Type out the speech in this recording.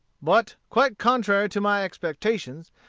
but, quite contrary to my expectations,